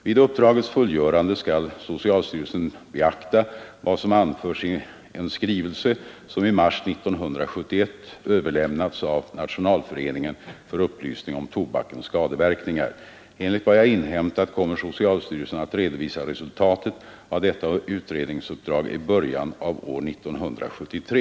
Vid uppdragets fullgörande skall socialstyrelsen beakta vad som anförts i en skrivelse som i mars 1971 överlämnats av Nationalföreningen för upplysning om tobakens skadeverkningar. Enligt vad jag inhämtat kommer socialstyrelsen att redovisa resultatet av detta utredningsuppdrag i början av år 1973.